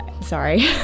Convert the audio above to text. sorry